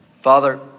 Father